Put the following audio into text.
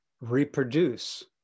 reproduce